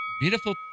beautiful